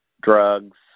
drugs